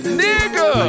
nigga